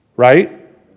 right